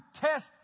test